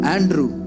Andrew